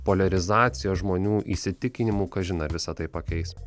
poliarizacijos žmonių įsitikinimu kažin ar visa tai pakeis